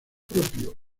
propio